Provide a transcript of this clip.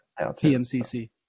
PMCC